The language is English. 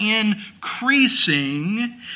increasing